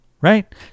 Right